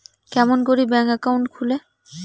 কেমন করি bank account খুলে?